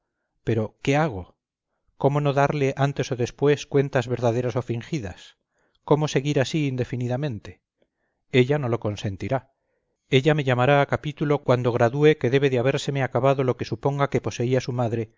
pero qué hago cómo no darle antes o después cuentas verdaderas o fingidas cómo seguir así indefinidamente ella no lo consentirá ella me llamará a capítulo cuando gradúe que debe de habérseme acabado lo que suponga que poseía su madre